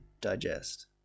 digest